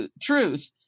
truth